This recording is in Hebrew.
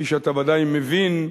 כפי שאתה ודאי מבין,